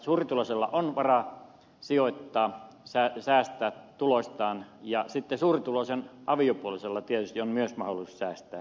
suurituloisella on varaa sijoittaa säästää tuloistaan ja sitten suurituloisen aviopuolisolla tietysti on myös mahdollisuus säästää